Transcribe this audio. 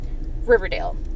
Riverdale